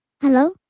Hello